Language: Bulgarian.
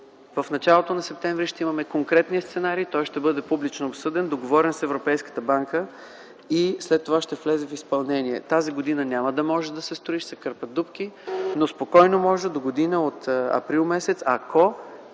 В началото на месец септември ще имаме конкретния сценарий. Той ще бъде публично обсъден, договорен с Европейската банка. След това ще влезе за изпълнение. Тази година няма да може да се строи, ще се кърпят дупки, но догодина от м. април спокойно